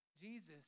Jesus